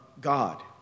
God